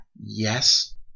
Yes